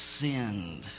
sinned